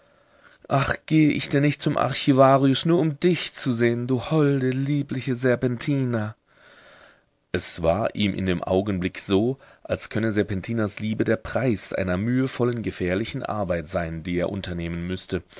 ach gehe ich denn nicht zum archivarius nur um dich zu sehen du holde liebliche serpentina es war ihm in dem augenblick so als könne serpentinas liebe der preis einer mühevollen gefährlichen arbeit sein die er unternehmen müßte